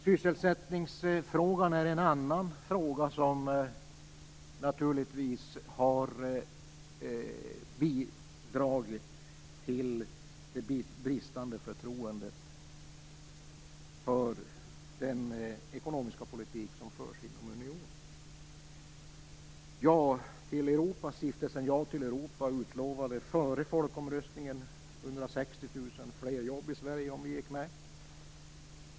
Sysselsättningsfrågan är en annan fråga som naturligtvis har bidragit till det bristande förtroendet för den ekonomiska politik som förs inom unionen. Stiftelsen Ja till Europa utlovade före folkomröstningen 160 000 fler jobb i Sverige om vi gick med.